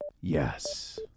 yes